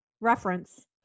reference